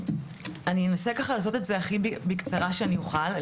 אני אנסה לעשות את זה הכי בקצרה שאני אוכל.